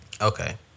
Okay